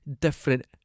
different